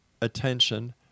attention